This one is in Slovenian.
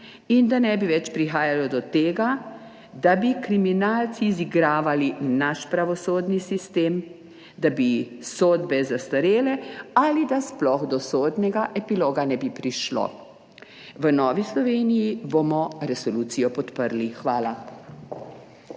in da ne bi več prihajalo do tega, da bi kriminalci izigravali naš pravosodni sistem, da bi sodbe zastarele ali da ne bi sploh prišlo do sodnega epiloga. V Novi Sloveniji bomo resolucijo podprli. Hvala.